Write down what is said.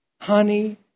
honey